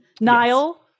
Niall